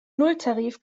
nulltarif